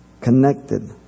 connected